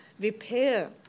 repair